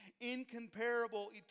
incomparable